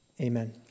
Amen